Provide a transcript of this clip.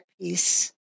peace